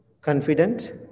confident